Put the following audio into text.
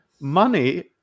money